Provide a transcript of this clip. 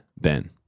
Ben